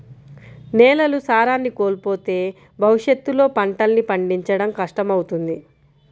నేలలు సారాన్ని కోల్పోతే భవిష్యత్తులో పంటల్ని పండించడం కష్టమవుతుంది